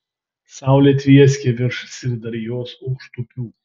saulė tvieskė virš syrdarjos aukštupių